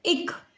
ਇੱਕ